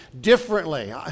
differently